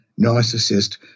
narcissist